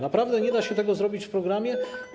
Naprawdę nie da się tego zrobić w programie?